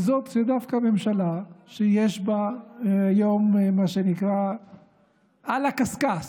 זאת דווקא ממשלה שיש בה, מה שנקרא "על הקשקש".